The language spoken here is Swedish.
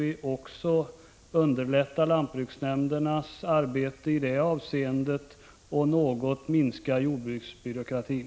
Det skulle underlätta lantbruksnämndernas arbete och något oe BES förslag minska jordbruksbyråkratin.